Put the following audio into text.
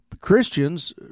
Christians